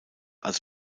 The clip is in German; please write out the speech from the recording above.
als